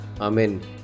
Amen